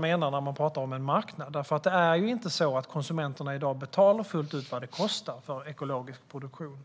menar när man talar om en marknad. Det är ju inte så att konsumenterna i dag betalar fullt ut vad det kostar för ekologisk produktion.